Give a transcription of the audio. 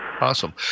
Awesome